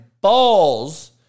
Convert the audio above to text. balls